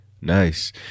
Nice